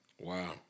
Wow